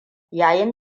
yayin